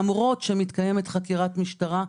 למרות שמתקיימת משטרה,